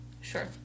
Sure